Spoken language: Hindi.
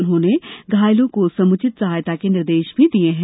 उन्होंने घायलों को समुचित सहायता के निर्देश भी दिये हैं